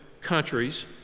countries